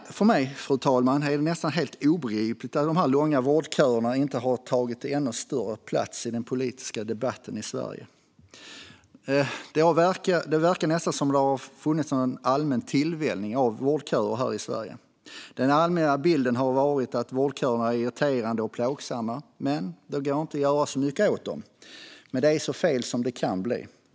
För mig, fru talman, är det nästan obegripligt att de långa vårdköerna inte har tagit ännu större plats i den politiska debatten i Sverige. Det verkar nästan som att det har skett en allmän tillvänjning när det gäller vårdköer här i Sverige. Den allmänna bilden har varit att vårdköerna är irriterande och plågsamma men att det inte går att göra så mycket åt dem. Det är så fel som det kan bli.